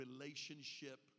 relationship